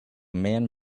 man